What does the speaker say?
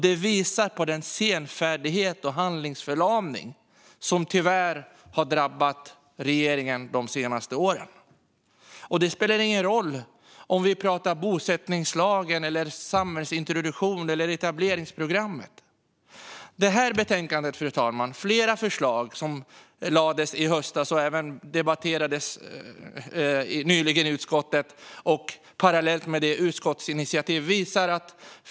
Det visar den senfärdighet och handlingsförlamning som tyvärr har drabbat regeringen de senaste åren. Det spelar ingen roll om vi pratar bosättningslag, samhällsintroduktion eller etableringsprogram. I det här betänkandet finns flera förslag som lades fram i höstas och som har debatterats i utskottet nyligen, parallellt med utskottsinitiativet.